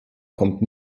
kommt